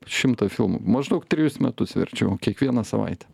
šimtą filmų maždaug trejus metus verčiau kiekvieną savaitę